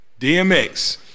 DMX